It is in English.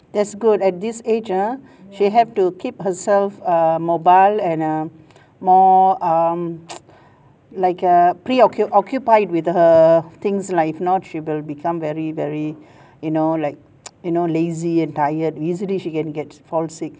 that's good at this age ah she have to keep herself err mobile and err more um like a preoccupied with her things lah if not she will become very very you know like you know lazy and tired easily she can get fall sick